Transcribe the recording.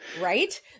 Right